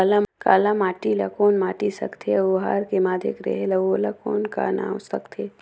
काला माटी ला कौन माटी सकथे अउ ओहार के माधेक रेहेल अउ ओला कौन का नाव सकथे?